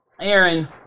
Aaron